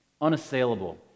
Unassailable